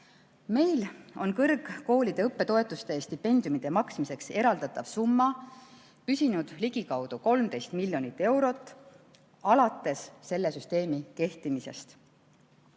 Meil on kõrgkoolide õppetoetuste ja stipendiumide maksmiseks eraldatav summa püsinud ligikaudu 13 miljonit eurot alates selle süsteemi kehtimisest.